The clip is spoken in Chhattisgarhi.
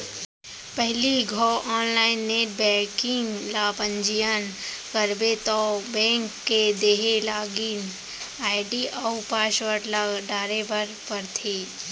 पहिली घौं आनलाइन नेट बैंकिंग ल पंजीयन करबे तौ बेंक के देहे लागिन आईडी अउ पासवर्ड ल डारे बर परथे